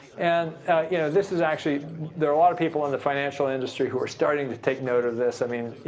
and you know this is, actually there are a lot of people in the financial industry who are starting to take note of this. i mean,